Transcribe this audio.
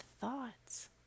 thoughts